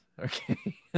okay